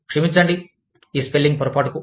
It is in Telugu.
క్షమించండి ఈ స్పెల్లింగ్ పొరపాటుకు